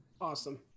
awesome